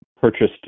purchased